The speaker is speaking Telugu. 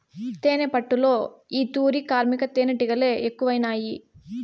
తేనెపట్టులో ఈ తూరి కార్మిక తేనీటిగలె ఎక్కువైనాయి